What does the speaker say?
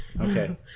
Okay